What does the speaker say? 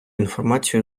інформацію